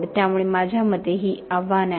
त्यामुळे माझ्या मते ही आव्हाने आहेत